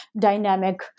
dynamic